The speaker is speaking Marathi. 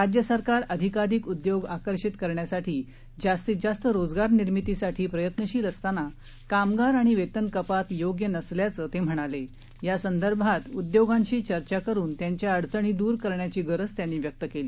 राज्य सरकार अधिकाधिक उद्योग आकर्षित करण्यासाठी जास्तीत जास्त रोजगार निर्मितीसाठी प्रयत्नशील असताना कामगार आणि वस्ति कपात योग्य नसल्याचं तस्किणाल आसंदर्भात उद्योगांशी चर्चा करून त्यांच्या अडचणी दूर करण्याची गरज त्यांनी व्यक्त कल्ली